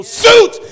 suit